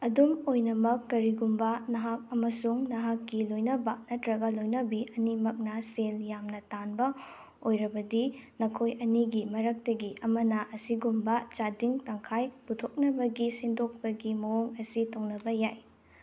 ꯑꯗꯨꯝ ꯑꯣꯏꯅꯃꯛ ꯀꯔꯤꯒꯨꯝꯕ ꯅꯍꯥꯛ ꯑꯃꯁꯨꯡ ꯅꯍꯥꯛꯀꯤ ꯂꯣꯏꯅꯕ ꯅꯠꯇ꯭ꯔꯒ ꯂꯣꯏꯅꯕꯤ ꯑꯅꯤꯃꯛꯅ ꯁꯦꯜ ꯌꯥꯝꯅ ꯇꯥꯟꯕ ꯑꯣꯏꯔꯕꯗꯤ ꯅꯈꯣꯏ ꯑꯅꯤꯒꯤ ꯃꯔꯝꯇꯒꯤ ꯑꯃꯅ ꯑꯁꯤꯒꯨꯝꯕ ꯆꯥꯗꯤꯡ ꯇꯪꯈꯥꯏ ꯄꯨꯊꯣꯛꯅꯕꯒꯤ ꯁꯤꯟꯗꯣꯛꯄꯒꯤ ꯃꯑꯣꯡ ꯑꯁꯤ ꯇꯧꯅꯕ ꯌꯥꯏ